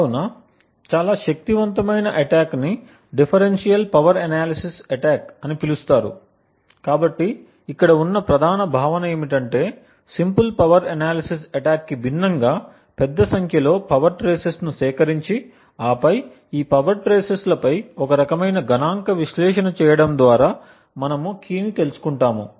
కావున చాలా శక్తివంతమైన అటాక్ ని డిఫరెన్షియల్ పవర్ ఎనాలిసిస్ అటాక్అని పిలుస్తారు కాబట్టి ఇక్కడ ఉన్న ప్రధాన భావన ఏమిటంటే సింపుల్ పవర్ అనాలిసిస్ అటాక్కి భిన్నంగా పెద్ద సంఖ్యలో పవర్ ట్రేసెస్ను సేకరించి ఆపై ఈ పవర్ ట్రేసెస్ లపై ఒకరకమైన గణాంక విశ్లేషణ చేయడం ద్వారా మనము కీ తెలుసుకుంటాము